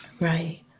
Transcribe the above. Right